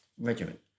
regiment